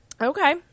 Okay